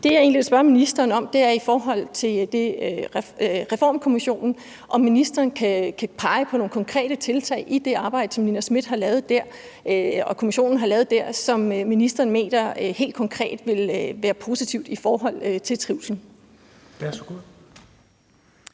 Det, jeg egentlig vil spørge ministeren om, er Reformkommissionen: Kan ministeren pege på nogle konkrete tiltag i det arbejde, som Nina Smith og kommissionen har lavet, som ministeren mener helt konkret vil være positive i forhold til trivslen?